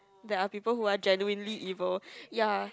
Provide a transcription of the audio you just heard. ya there are people who are genuinely evil